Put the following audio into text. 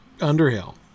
Underhill